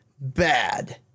bad